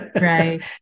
Right